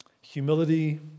Humility